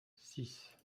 six